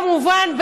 כמובן,